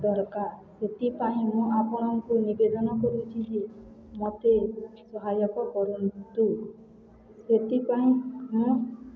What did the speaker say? ଦରକାର ସେଥିପାଇଁ ମୁଁ ଆପଣଙ୍କୁ ନିବେଦନ କରୁଛି ଯେ ମୋତେ ସହାୟକ କରନ୍ତୁ ସେଥିପାଇଁ ମୁଁ